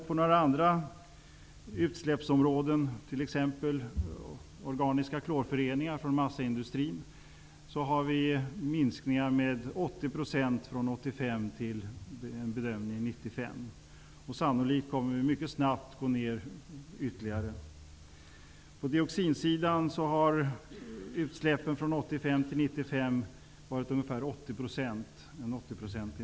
På några andra utsläppsområden, t.ex. organiska klorföreningar från massaindustrin, finns det bedömningar som visar på minskningar med 80 % från 1985 till 1995. Sannolikt kommer vi mycket snabbt att gå ner ytterligare där. På dioxinsidan bedöms utsläppen från 1985 till 1995 minska med 80 %.